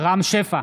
רם שפע,